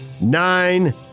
nine